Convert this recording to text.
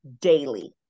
daily